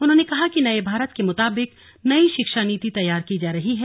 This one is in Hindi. उन्होंने कहा कि नए भारत के मुताबिक नई शिक्षा नीति तैयार की जा रही है